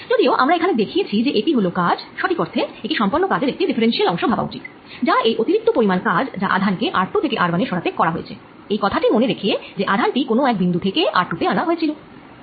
যদিও আমরা এখানে দেখিয়েছি যে এটি হল কাজ সঠিক অর্থে একে সম্পন্ন কাজের একটি ডিফারেন্সিয়াল অংশ ভাবা উচিত যা সেই অতিরিক্ত পরিমাণ কাজ যা আধান কে r2 থেকে r1 এ সরাতে করা হয়েছে এই কথা টি মনে রেখে যে আধান টি কোন এক বিন্দু থেকে r2 তে আনা হয়েছিল